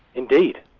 indeed,